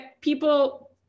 people